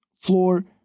floor